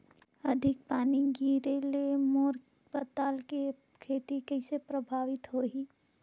अधिक पानी गिरे ले मोर पताल के खेती कइसे प्रभावित होही?